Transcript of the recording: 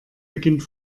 beginnt